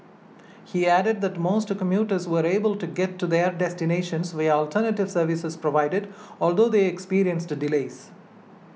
he added that most commuters were able to get to their destinations via alternative services provided although they experienced delays